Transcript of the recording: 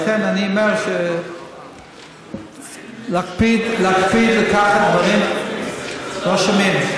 ולכן, אני אומר להקפיד לקחת דברים, לא שומעים.